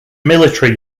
military